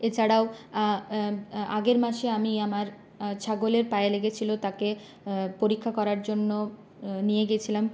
এ ছাড়াও আগের মাসে আমি আমার ছাগলের পায়ে লেগেছিল তাকে পরীক্ষা করার জন্য নিয়ে গিয়েছিলাম